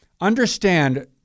understand